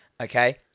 Okay